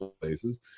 places